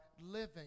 living